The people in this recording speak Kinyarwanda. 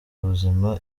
ubuzima